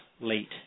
late